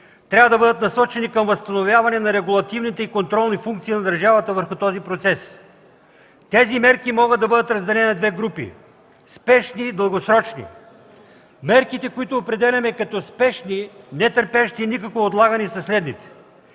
трябва да бъдат насочени към възстановяване на регулативните и контролни функции на държавата върху този процес. Тези мерки могат да бъдат разделени на две групи – спешни и дългосрочни. Мерките, които определяме като спешни, нетърпящи никакво отлагане, са следните.